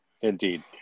Indeed